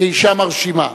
כאשה מרשימה,